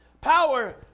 power